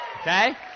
Okay